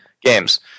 games